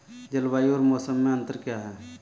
जलवायु और मौसम में अंतर क्या है?